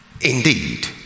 Indeed